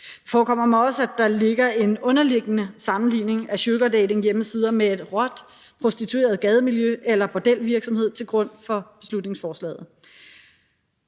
forekommer mig også, at der ligger en underliggende sammenligning af sugardatinghjemmesider med et råt, prostitueret gademiljø eller bordelvirksomhed til grund for beslutningsforslaget.